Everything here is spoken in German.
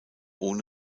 ohne